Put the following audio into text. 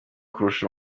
kurusha